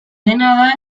dena